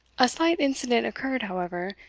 a slight incident occurred, however,